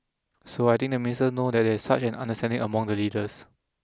so I think the ministers know that there is such an understanding among the leaders